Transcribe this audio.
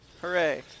Hooray